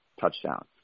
touchdown